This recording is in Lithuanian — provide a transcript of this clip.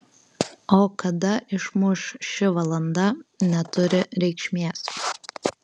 o kada išmuš ši valanda neturi reikšmės